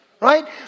Right